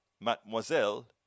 Mademoiselle